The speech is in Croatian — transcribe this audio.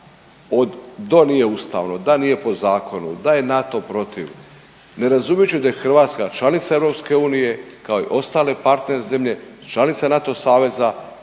od do nije ustavno, da nije po zakonu, da je NATO protiv ne razumu uopće da je Hrvatska članica EU kao i ostale partner zemlje, članica NATO saveza